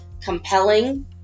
compelling